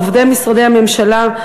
עובדי משרדי הממשלה,